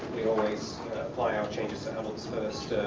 we always apply our changes to adults first,